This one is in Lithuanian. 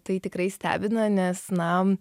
tai tikrai stebina nes na